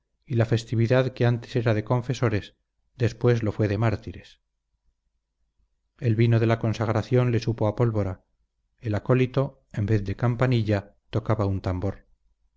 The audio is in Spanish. y la festividad que antes era de confesores después lo fue de mártires el vino de la consagración le supo a pólvora el acólito en vez de campanilla tocaba un tambor